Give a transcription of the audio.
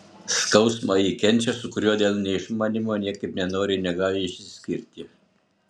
skausmą ji kenčia su kuriuo dėl neišmanymo niekaip nenori ir negali išsiskirti